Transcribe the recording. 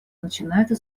начинается